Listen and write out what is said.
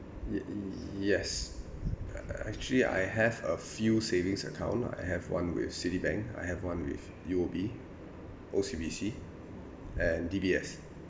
y~ yes uh actually I have a few savings account I have one with citibank I have one with U_O_B O_C_B_C and D_B_S